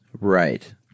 Right